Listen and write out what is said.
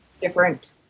different